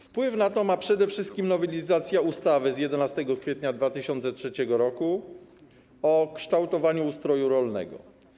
Wpływ na to ma przede wszystkim nowelizacja ustawy z 11 kwietnia 2003 r. o kształtowaniu ustroju rolnego.